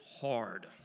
hard